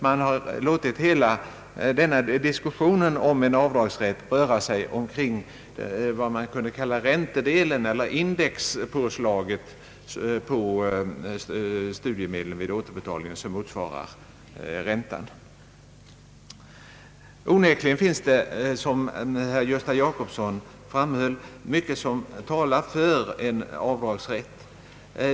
Man har låtit hela diskussionen om en avdragsrätt röra sig omkring vad man kan kalla räntedelen, eller det indexpåslag på studiemedel vid återbetalningen som i viss mån motsvarar räntan. Onekligen finns det, som herr Gösta Jacobsson framhöll, mycket som talar för en avdragsrätt.